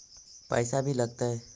पैसा भी लगतय?